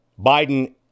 Biden